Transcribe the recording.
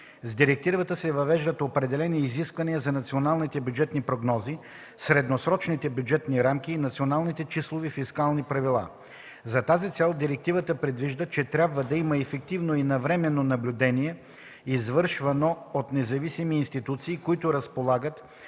С директивата се въвеждат определени изисквания за националните бюджетни прогнози, средносрочните бюджетни рамки и националните числови фискални правила. За тази цел директивата предвижда, че трябва да има ефективно и навременно наблюдение, извършвано от независими институции, които разполагат